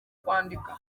kwandika